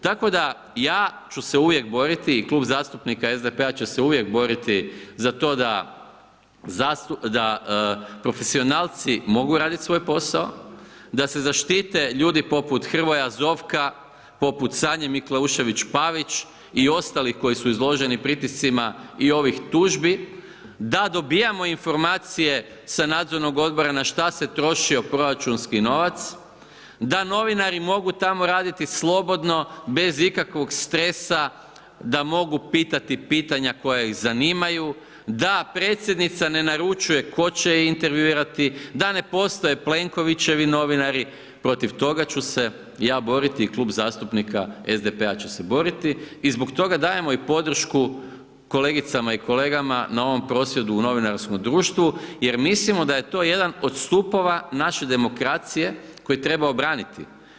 Tako da ja ću se uvijek boriti i Klub zastupnika SDP-a će se uvijek boriti za to da profesionalci mogu radit svoj posao, da se zaštite ljudi poput Hrvoja Zovka, poput Sanje Mikleušević Pavić i ostali koji su izloženi pritiscima i ovih tužbi da dobivamo informacije sa Nadzornog odbora na šta se trošio proračunski novac, da novinari mogu tamo raditi slobodno, bez ikakvog stresa, da mogu pitati pitanja koja ih zanimaju, da predsjednica ne naručuje tko će je intervjuirati, da ne postoje Plenkovićevi novinari, protiv toga ću se ja boriti i Klub zastupnika SDP-a će se boriti i zbog toga dajemo i podršku kolegicama i kolegama na ovom prosvjedu u Novinarskom društvu jer mislimo da je to jedan od stupova naše demokracije koji treba obraniti.